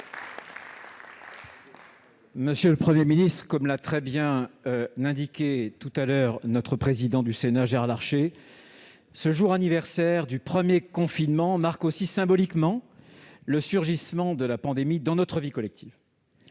Monsieur le Premier ministre, comme l'a très bien indiqué tout à l'heure le président du Sénat, Gérard Larcher, cet anniversaire du premier confinement marque aussi symboliquement le surgissement de la pandémie dans notre vie collective.